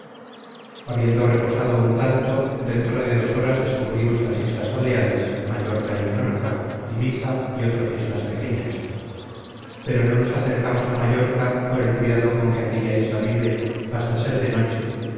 habiendo reposado un tanto dentro de dos horas descubrimos las islas baleares mallorca y menorca ibiza y otras islas pequeñas pero no nos acercamos a mallorca por el cuidado con que aquella isla vive hasta ser de noche